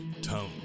Tone